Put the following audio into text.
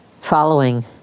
following